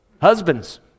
Husbands